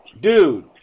dude